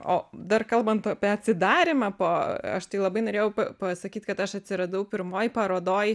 o dar kalbant apie atsidarymą po aš tai labai norėjau pasakyt kad aš atsiradau pirmoj parodoj